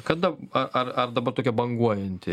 kada ar ar ar dabar tokia banguojanti